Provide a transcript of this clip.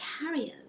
carriers